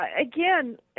again